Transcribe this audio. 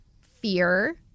fear